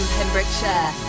Pembrokeshire